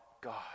God